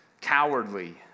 cowardly